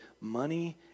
money